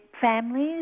families